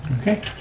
Okay